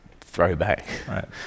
throwback